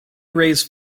raise